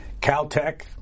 Caltech